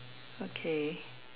okay